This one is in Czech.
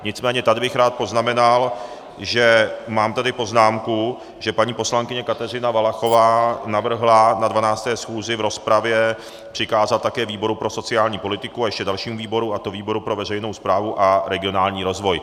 Nicméně tady bych rád poznamenal, že mám tady poznámku, že paní poslankyně Kateřina Valachová navrhla na 12. schůzi v rozpravě přikázat také výboru pro sociální politiku a ještě dalšímu výboru, a to výboru pro veřejnou správu a regionální rozvoj.